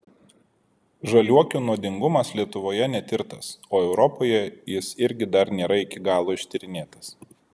žaliuokių nuodingumas lietuvoje netirtas o europoje jis irgi dar nėra iki galo ištyrinėtas